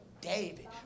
David